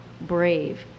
brave